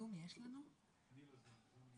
אני פותחת את הדיון,